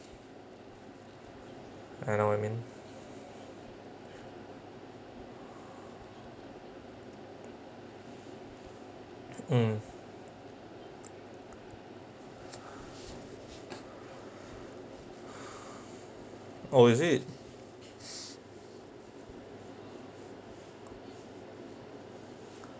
I know what I mean mm oh is it